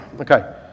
Okay